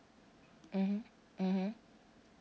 mmhmm mmhmm